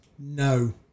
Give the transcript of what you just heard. No